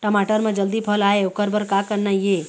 टमाटर म जल्दी फल आय ओकर बर का करना ये?